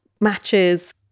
matches